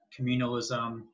communalism